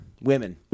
women